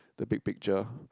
the big picture